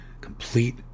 complete